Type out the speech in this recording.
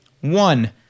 One